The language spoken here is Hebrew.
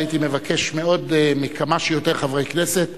הייתי מבקש מאוד מכמה שיותר חברי כנסת